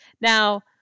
Now